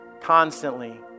constantly